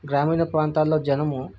గ్రామీణ ప్రాంతాల్లో జనము